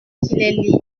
qui